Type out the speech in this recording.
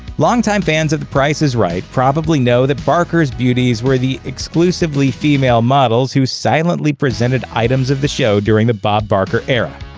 longtime fans of the price is right probably know that barker's beauties were the exclusively female models who silently presented items of the show during the bob barker era.